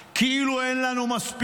כאילו אין לנו מספיק אויבים,